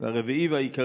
4. העניין העיקרי,